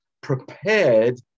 prepared